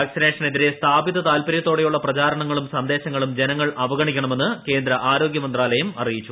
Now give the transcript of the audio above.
വാക്സിനേഷനെതിരെ സ്ഥാപിത താൽപരൃത്തോടെ യുള്ള പ്രചാരണങ്ങളും സന്ദേശങ്ങളും ജനങ്ങൾ അവഗണിക്കണ മെന്ന് കേന്ദ്ര ആരോഗൃ മന്ത്രാലയം അറിയിച്ചു